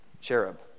cherub